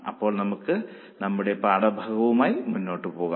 അപ്പോൾ നമുക്ക് നമ്മുടെ പാഠഭാഗവുമായി മുന്നോട്ടുപോകാം